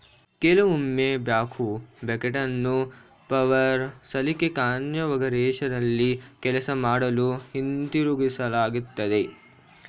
ಕೆಲವೊಮ್ಮೆ ಬ್ಯಾಕ್ಹೋ ಬಕೆಟನ್ನು ಪವರ್ ಸಲಿಕೆ ಕಾನ್ಫಿಗರೇಶನ್ನಲ್ಲಿ ಕೆಲಸ ಮಾಡಲು ಹಿಂತಿರುಗಿಸಲಾಗ್ತದೆ